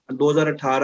2018